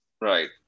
Right